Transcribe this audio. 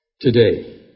today